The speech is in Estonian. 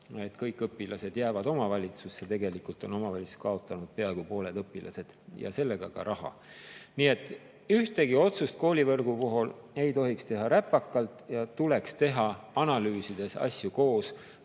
kõik õpilased jäävad omavalitsusse, aga tegelikult on omavalitsused kaotanud peaaegu pooled õpilased ja sellega ka raha. Nii et ühtegi otsust koolivõrgu puhul ei tohiks teha räpakalt. Tuleks analüüsida asju